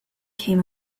came